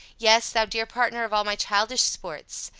yes, thou dear partner of all my childish sports!